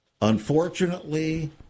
unfortunately